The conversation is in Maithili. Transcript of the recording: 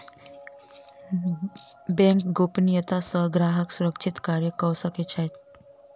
बैंक गोपनियता सॅ ग्राहक सुरक्षित कार्य कअ सकै छै